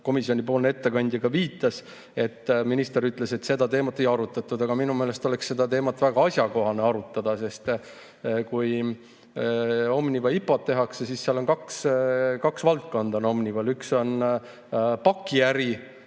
komisjonipoolne ettekandja ka viitas. Minister ütles, et seda teemat ei arutatud. Aga minu meelest oleks seda teemat väga asjakohane arutada, sest kui Omniva IPO-t tehakse, siis seal on Omnival kaks valdkonda. Üks on pakiäri,